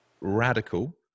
radical